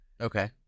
Okay